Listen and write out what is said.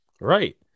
Right